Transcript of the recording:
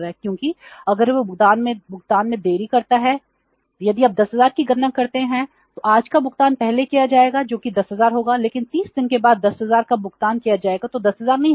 क्योंकि अगर वह भुगतान में देरी करता है यदि आप 10000 की गणना करते हैं तो आज का भुगतान पहले किया जाएगा जो कि 10000 होगा लेकिन 30 दिनों के बाद 10000 का भुगतान किया जाएगा जो 10000 नहीं होगा